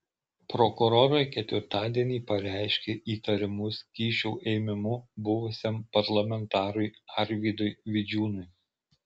prokurorai ketvirtadienį pareiškė įtarimus kyšio ėmimu buvusiam parlamentarui arvydui vidžiūnui